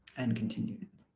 and continue.